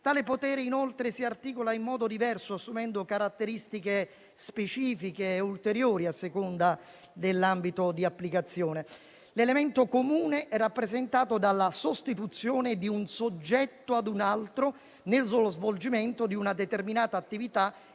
Tale potere, inoltre, si articola in modo diverso, assumendo caratteristiche specifiche e ulteriori a seconda dell'ambito di applicazione. L'elemento comune è rappresentato dalla sostituzione di un soggetto a un altro nello svolgimento di una determinata attività